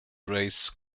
race